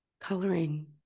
coloring